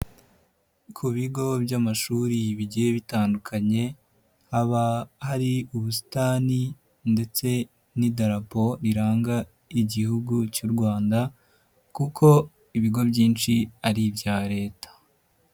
Ku bigo by'amashuri bigiye bitandukanye haba hari ubusitani ndetse n'idarapo riranga igihugu cy'u Rwanda kuko ibigo byinshi ari ibya leta.